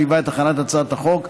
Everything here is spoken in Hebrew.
שליווה את הכנת הצעת החוק,